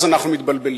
אז אנחנו מתבלבלים,